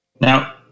Now